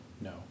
no